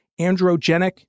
Androgenic